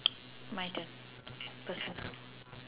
my turn personal